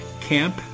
Camp